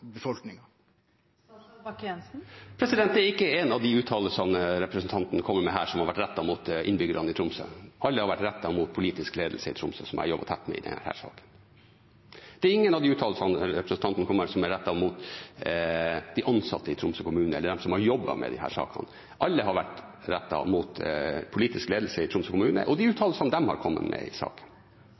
Det er ikke én av de uttalelsene representanten kommer med her, som har vært rettet mot innbyggerne i Tromsø. Alle har vært rettet mot politisk ledelse i Tromsø, som jeg har jobbet tett med i denne saken. Ingen av de uttalelsene representanten kommer med, er rettet mot de ansatte i Tromsø kommune, de som har jobbet med disse sakene. Alle har vært rettet mot politisk ledelse i Tromsø kommune og de uttalelsene de har kommet med i saken.